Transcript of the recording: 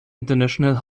international